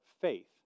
faith